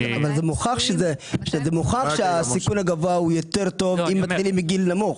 אבל זה מוכח שהסיכון הגבוה הוא יותר טוב אם מתחילים מגיל נמוך.